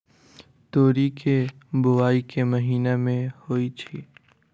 तोरी केँ बोवाई केँ महीना मे होइ छैय?